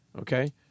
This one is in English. okay